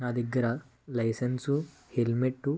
నా దగ్గర licence helmet